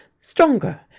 Stronger